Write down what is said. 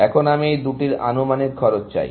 এখন আমি এই দুটির আনুমানিক খরচ চাই